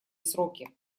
сроки